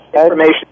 information